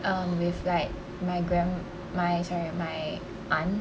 um with like my grand~ my sorry my aunt